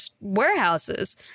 warehouses